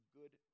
good